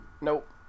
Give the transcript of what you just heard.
Nope